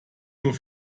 nur